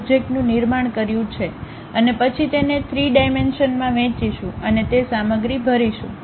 ઓબ્જેક્ટનું નિર્માણ કર્યું છે અને પછી તેને 3 ડાઇમેંશનમાં વહેંચીશું અને તે સામગ્રી ભરીશું